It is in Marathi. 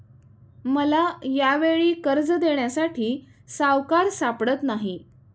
मला यावेळी कर्ज देण्यासाठी सावकार सापडत नाही